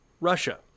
Russia